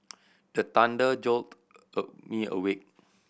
the thunder jolt me awake